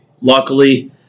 luckily